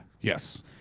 Yes